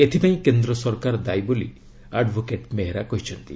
ଏଥିପାଇଁ କେନ୍ଦ୍ର ସରକାର ଦାୟୀ ବୋଲି ଆଡଭୋକେଟ୍ ମେହେରା କହିଛନ୍ତି